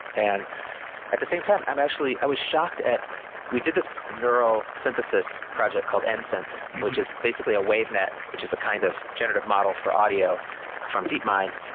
and at the same time, i'm actually i was shocked at we did this neural synthesis project called and nsynth, which is basically a wave net, which is a kind of generative model for audio from deep mind.